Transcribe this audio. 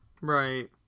right